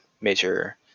major